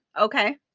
Okay